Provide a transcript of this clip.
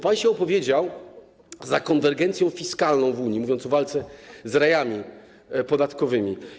Pan się opowiedział za konwergencją fiskalną w Unii, mówiąc o walce z rajami podatkowymi.